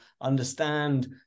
understand